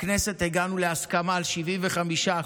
בכנסת הגענו להסכמה על 75%,